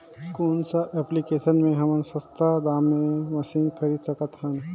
कौन सा एप्लिकेशन मे हमन सस्ता दाम मे मशीन खरीद सकत हन?